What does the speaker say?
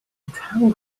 tell